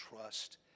trust